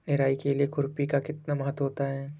निराई के लिए खुरपी का कितना महत्व होता है?